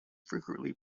frequently